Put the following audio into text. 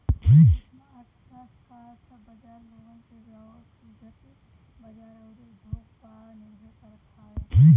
सूक्ष्म अर्थशास्त्र कअ सब बाजार लोगन के व्यकतिगत बाजार अउरी उद्योग पअ निर्भर करत हवे